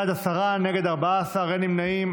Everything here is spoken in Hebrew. בעד, עשרה, נגד, 14, אין נמנעים.